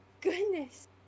goodness